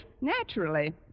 Naturally